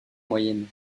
moyenne